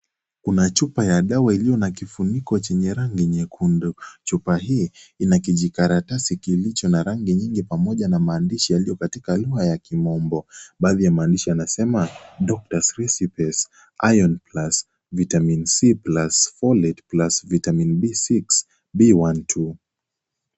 Kuna chupa ya dawa iliyo na kifuniko Chenye rangi nyekundu. Chupa hii ina kijikaratasi ilicho na rangi mingi pamoja na maandishi yaliyo katika lugha ya kimombo. Baadhi ya maandishi yanasema " Doctor's Recipes, Iron plus, Vitamin C plus, Collate, Vitamin B6, B12 ".